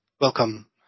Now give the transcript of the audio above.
Welcome